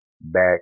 back